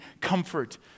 comfort